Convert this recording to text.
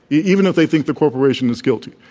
even if they think the corporation is guilty.